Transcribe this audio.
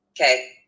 Okay